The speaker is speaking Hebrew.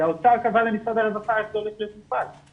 זה האוצר קבע למשרד הרווחה איך זה הולך להיות מופעל.